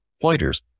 pointers